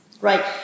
right